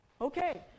Okay